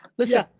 listen,